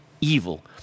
evil